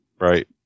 Right